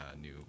new